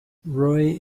roy